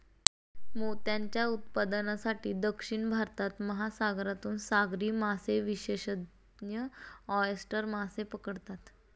मोत्यांच्या उत्पादनासाठी, दक्षिण भारतात, महासागरातून सागरी मासेविशेषज्ञ ऑयस्टर मासे पकडतात